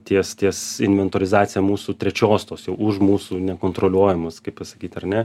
ties ties inventorizacija mūsų trečios tos jau už mūsų nekontroliuojamos kaip pasakyt ar ne